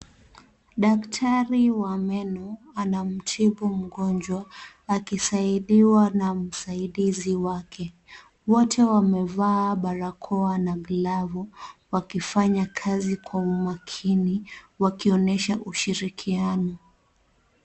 Daktari wa meno anamtibu mgonjwa, akisaidiwa na msaidizi wake. Wote wamevaa barakoa na glavu, wakifanya kazi kwa umakini wakionyesha ushirikiano.